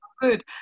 good